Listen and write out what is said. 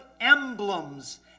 emblems